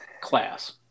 class